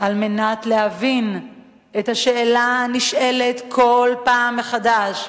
על מנת להבין את השאלה הנשאלת כל פעם מחדש: